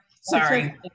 sorry